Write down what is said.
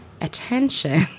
attention